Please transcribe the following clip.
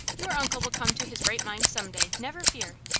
your uncle will come to his right mind some day, never fear!